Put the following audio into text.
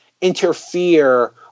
interfere